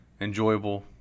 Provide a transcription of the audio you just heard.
enjoyable